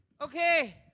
Okay